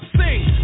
sing